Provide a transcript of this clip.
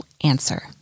answer